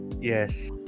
yes